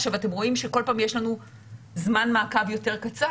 עכשיו אתם רואים שכל פעם יש לנו זמן מעקב יותר קצר,